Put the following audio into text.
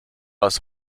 was